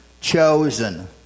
chosen